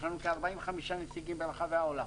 ויש לנו כ-45 נציגים ברחבי העולם.